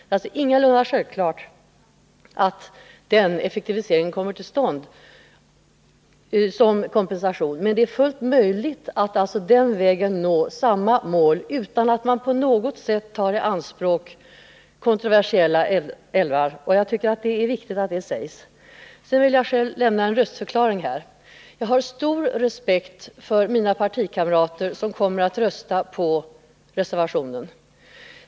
Det är ingalunda självklart att någon effektivisering kommer till stånd, men det är alltså fullt möjligt att den vägen nå samma mål som om man tog i anspråk kontroversiella älvar. Jag tycker att det är viktigt att det sägs. Sedan vill jag själv lämna en röstförklaring. Jag har stor respekt för mina kamrater som kommer att rösta på reservationen.